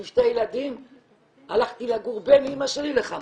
עם שני ילדים הלכתי לגור בין אימא שלי לחמותי,